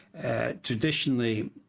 traditionally